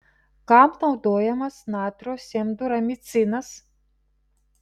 kam naudojamas natrio semduramicinas